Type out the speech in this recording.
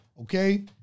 Okay